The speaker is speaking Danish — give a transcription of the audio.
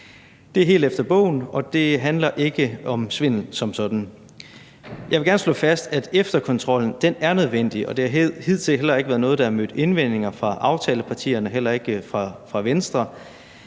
Det er helt efter bogen, og det handler ikke om svindel som sådan. Jeg vil gerne slå fast, at efterkontrollen er nødvendig, og det har hidtil heller ikke været noget, der har mødt indvendinger fra aftalepartierne, heller ikke fra Venstre.